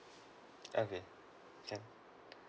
okay can